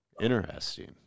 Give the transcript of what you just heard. Interesting